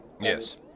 Yes